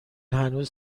هنوز